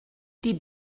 die